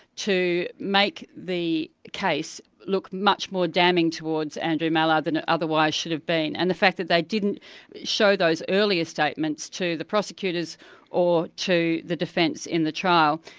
to make the case look much more damning towards andrew mallard than it otherwise should have been and the fact that they didn't show those earlier statements to the prosecutors or to the defence in the trial.